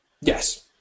Yes